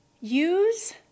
Use